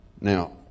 Now